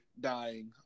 dying